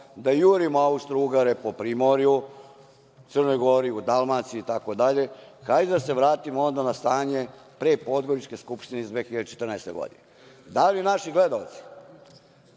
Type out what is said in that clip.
da jurimo Austrougare po primorju, Crnoj Gori, u Dalmaciji itd. Hajde da se vratimo onda na stanje pre Podgoričke skupštine iz 1914. godine. Dakle, da se